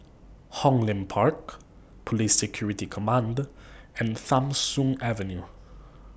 Hong Lim Park Police Security Command and Tham Soong Avenue